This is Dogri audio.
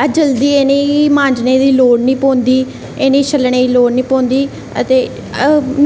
ते जल्दी इ'नेंगी मांजने दी लोड़ निं पौंदी ते इ'नेंगी छल्लने दी लोड़ निं पौंदी ते